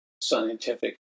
scientific